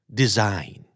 design